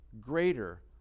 greater